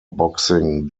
boxing